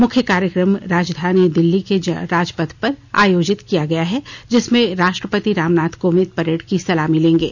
मुख्य कार्यक्रम राजधानी दिल्ली के राजपथ पर आयोजित किया गया है जिसमें राष्ट्रपति रामनाथ कोविंद परेड की सलामी लेंगे